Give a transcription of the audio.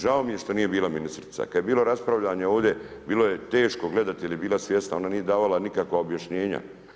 Žao mi je što nije bila ministrica, kada je bilo raspravljanje ovdje bilo je teško gledati jer je bila svjesna ona nije davala nikakva objašnjenja.